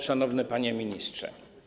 Szanowny Panie Ministrze!